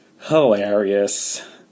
Hilarious